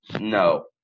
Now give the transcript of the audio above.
No